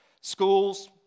Schools